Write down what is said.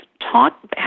talk